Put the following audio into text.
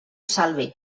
salve